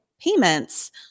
payments